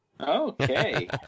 Okay